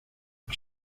las